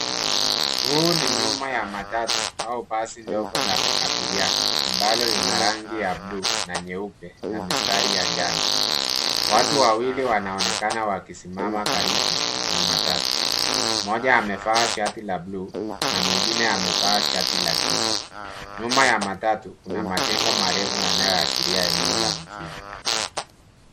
Huu ni nyuma ya matatu au basi ndogo la abiria, ambalo lina rangi ya bluu na nyeupe, na mistari ya jano. Watu wawili, wanaonekana wakisimama karibu na matatu. Mmoja amevaa shati la bluu na mwingine amevaa shati la giza. Nyuma ya matatu, kuna majengo marefu yanayoashiria eneo la mjini.